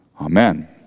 Amen